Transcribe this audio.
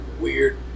weird